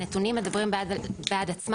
הנתונים מדברים בעד עצמם,